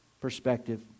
Perspective